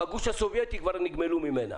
בגוש הסובייטי כבר נגמלו ממנה.